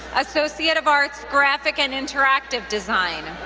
associate of arts, graphic and interactive design.